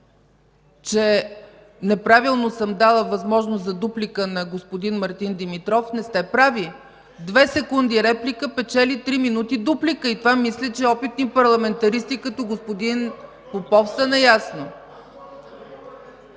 че неправилно съм дала възможност за дуплика на господин Мартин Димитров, не сте прави. Две секунди реплика печели три минути дуплика, и с това мисля, че опитни парламентаристи като господин Попов са наясно.